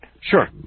Sure